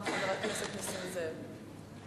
חבר הכנסת נסים זאב.